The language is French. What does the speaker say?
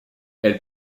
elle